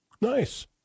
Nice